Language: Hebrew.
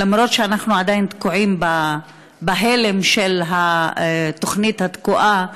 אף-על-פי שאנחנו עדיין תקועים בהלם של התוכנית התקועה,